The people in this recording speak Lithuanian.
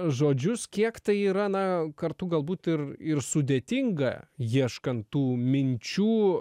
žodžius kiek tai yra na kartu galbūt ir ir sudėtinga ieškant tų minčių